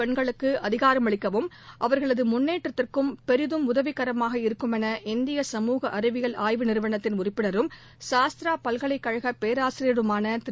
பெண்களுக்குஅதிகாரமளிக்கவும் அவர்களதுமுன்னேற்றத்திற்கும் பெரிதும் உதவிகரமாக இருக்கும் என இந்திய சமூக அறிவியல் ஆய்வு நிறுவனத்தின் உறுப்பினரும் சாஸ்த்ராபல்கலைக் கழகபேராசிரியருமானதிரு